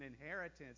inheritance